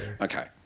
Okay